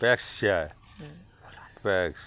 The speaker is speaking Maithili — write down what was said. बेक्स छियै वेक्स